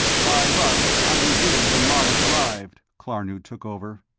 by luck, i was in when marnik arrived, klarnood took over.